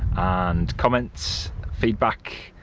and comments, feedback,